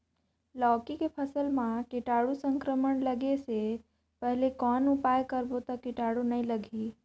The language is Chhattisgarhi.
लौकी के फसल मां कीटाणु संक्रमण लगे से पहले कौन उपाय करबो ता कीटाणु नी लगही?